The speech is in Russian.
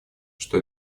что